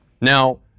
Now